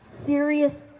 serious